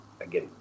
Again